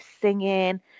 singing